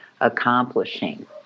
accomplishing